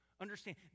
understand